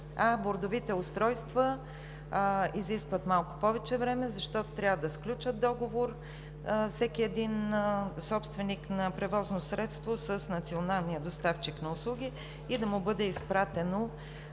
Бордовите устройства изискват малко повече време, защото трябва да сключат договор всеки един собственик на превозно средство с националния доставчик на услуги и да му бъде изпратено